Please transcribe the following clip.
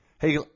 Hey